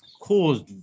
caused